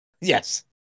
Yes